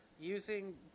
Using